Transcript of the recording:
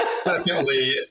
Secondly